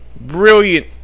brilliant